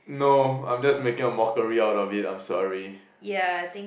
no I'm just making a mockery out of it I'm sorry